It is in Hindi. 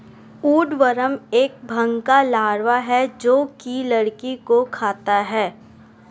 वुडवर्म एक भृंग का लार्वा है जो की लकड़ी को खाता है